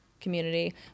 community